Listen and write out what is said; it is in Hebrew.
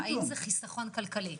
האם זה חיסכון כלכלי?